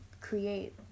create